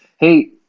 hey